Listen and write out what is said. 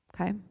Okay